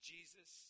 Jesus